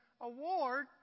award